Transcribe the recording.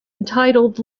entitled